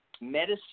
medicine